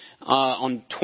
on